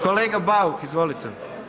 Kolega Bauk, izvolite.